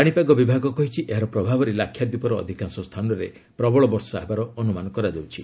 ପାଣିପାଗ ବିଭାଗ କହିଛି ଏହାର ପ୍ରଭାବରେ ଲାକ୍ଷାଦ୍ୱିପର ଅଧିକାଂଶ ସ୍ଥାନରେ ପ୍ରବଳ ବର୍ଷା ହେବାର ଅନୁମାନ କରାଯାଉଛି